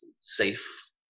safe